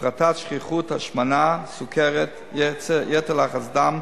להפחתת שכיחות השמנה, סוכרת, יתר לחץ דם,